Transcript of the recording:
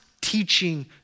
teaching